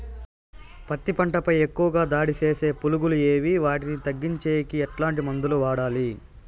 పత్తి పంట పై ఎక్కువగా దాడి సేసే పులుగులు ఏవి వాటిని తగ్గించేకి ఎట్లాంటి మందులు వాడాలి?